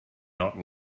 not